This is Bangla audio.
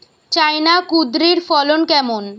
চায়না কুঁদরীর ফলন কেমন?